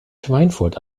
schweinfurt